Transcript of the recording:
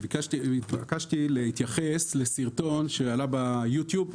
נתבקשתי להתייחס לסרטון שעלה ביוטיוב,